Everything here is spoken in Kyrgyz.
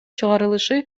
чыгарылышы